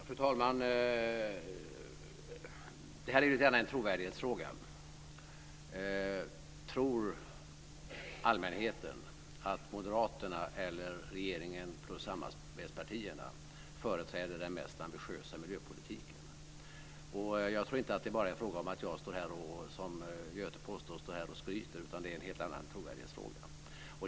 Fru talman! Det här är gärna en trovärdighetsfråga. Tror allmänheten att det är moderaterna eller att det är regeringen plus samarbetspartierna som företräder den mest ambitiösa miljöpolitiken? Jag tror inte att det bara är fråga om att jag, som Göte påstår, står här och skryter, utan det är en helt annan trovärdighetsfråga.